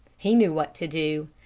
he knew what to do.